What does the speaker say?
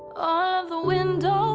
of the windows